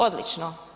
Odlično.